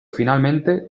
finalmente